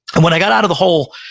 and when i got out of the hole,